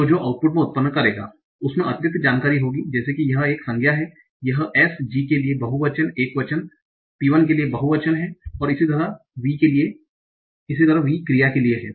तो जो आउटपुट मैं उत्पन्न करेगा उसमें अतिरिक्त जानकारी होगी जैसे कि यह एक संज्ञा है यह s g के लिए बहुवचन एकवचन pl के लिए बहुवचन है और इस तरह v क्रिया के लिए है